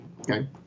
Okay